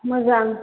मोजां